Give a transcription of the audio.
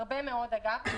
הרבה מאוד אגב,